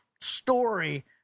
story